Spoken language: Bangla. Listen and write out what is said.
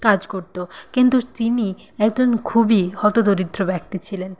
কাজ করত কিন্তু তিনি একজন খুবই হতদরিদ্র ব্যক্তি ছিলেন